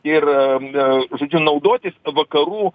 ir žodžiu naudotis vakarų